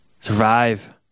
Survive